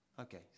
Okay